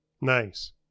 Nice